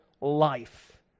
life